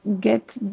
get